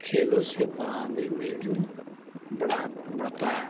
کھیلوں سے باہمی میل جول بڑھا بڑھتا ہے